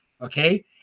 okay